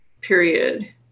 period